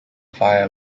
fire